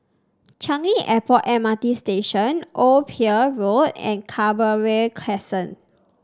Changi Airport M R T Station Old Pier Road and Canberra Crescent